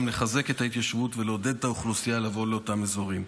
לחזק את ההתיישבות ולעודד את האוכלוסייה לבוא לאותם אזורים.